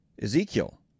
Ezekiel